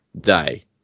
day